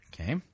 Okay